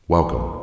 Welcome